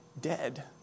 dead